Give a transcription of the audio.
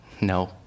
No